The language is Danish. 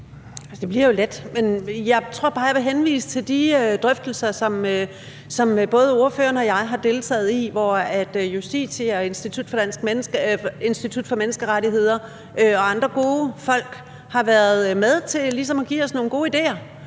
det bliver jo lidt let, men jeg tror bare, jeg vil henvise til de drøftelser, som både ordføreren og jeg har deltaget i, hvor folk fra Justitia og Institut for Menneskerettigheder og andre gode folk har været med til ligesom at give os nogle gode idéer